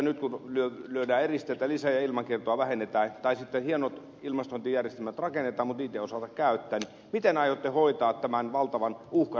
nyt kun lyödään eristeitä lisää ja ilmankiertoa vähennetään tai sitten hienot ilmastointijärjestelmät rakennetaan mutta niitä ei osata käyttää niin miten aiotte hoitaa tämän valtavan uhkan